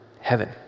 heaven